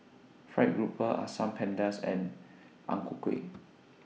Fried Grouper Asam Pedas and Ang Ku Kueh